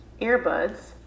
earbuds